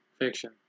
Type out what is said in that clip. Fiction